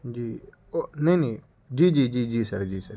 جی او نہیں نہیں جی جی جی سر جی سر